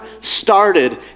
started